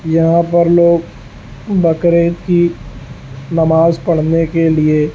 یہاں پر لوگ بقرعید کی نماز پڑھنے کے لیے